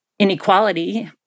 Inequality